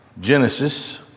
Genesis